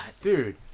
Dude